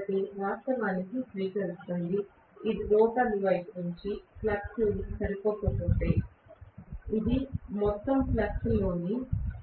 కాబట్టి ఇది వాస్తవానికి స్వీకరిస్తుంది రోటర్ వైపు నుండి ఫ్లక్స్ సరిపోకపోతే ఇది మొత్తం ఫ్లక్స్లోని